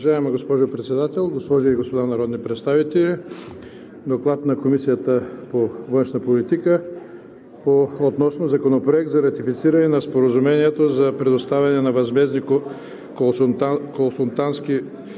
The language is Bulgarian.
Уважаема госпожо Председател, госпожи и господа народни представители! ДОКЛАД на Комисията по външна политика относно Законопроект за ратифициране на Споразумението за предоставяне на възмездни консултантски